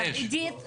עידית,